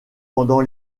pendant